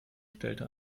stellte